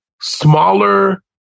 smaller